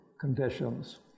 conditions